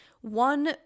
one